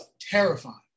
Terrifying